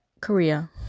Korea